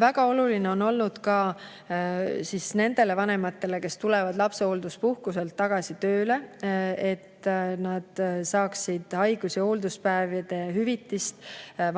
Väga oluline on olnud ka nendele vanematele, kes tulevad lapsehoolduspuhkuselt tagasi tööle, et nad saaksid haigus- ja hoolduspäevade hüvitist